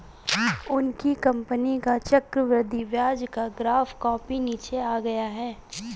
उनकी कंपनी का चक्रवृद्धि ब्याज का ग्राफ काफी नीचे आ गया है